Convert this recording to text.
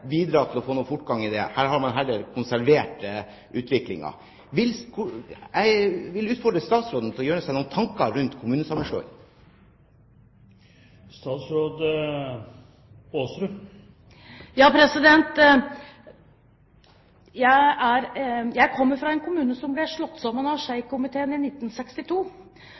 til å få fortgang i dette. Her har man heller konservert utviklingen. Jeg vil utfordre statsråden til å gjøre seg noen tanker rundt kommunesammenslåing. Jeg kommer fra en kommune som ble sammenslått etter forslag fra Schei-komiteen i 1962,